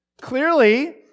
clearly